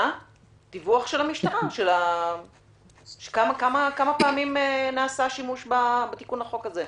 דיווח של המשטרה על כמה פעמים נעשה שימוש בתיקון החוק הזה.